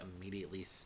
immediately